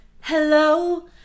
hello